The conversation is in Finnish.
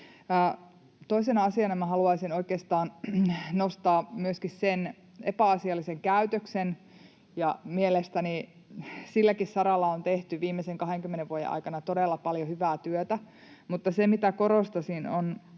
oikeastaan myöskin nostaa sen epäasiallisen käytöksen. Mielestäni silläkin saralla on tehty viimeisen kahdenkymmenen vuoden aikana todella paljon hyvää työtä, mutta se, mitä korostaisin,